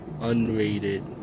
unrated